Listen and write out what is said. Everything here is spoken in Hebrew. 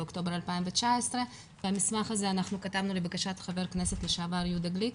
באוקטובר 2019. את המסמך הזה כתבנו לבקשת חבר הכנסת לשעבר יהודה גליק,